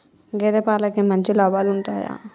గేదే పాలకి మంచి లాభాలు ఉంటయా?